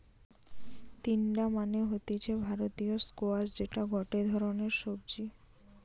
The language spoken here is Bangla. তিনডা মানে হতিছে ভারতীয় স্কোয়াশ যেটা গটে ধরণের সবজি